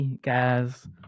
guys